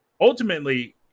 ultimately